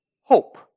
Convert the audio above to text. Hope